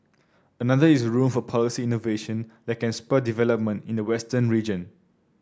another is room for policy innovation that can spur development in the western region